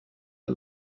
are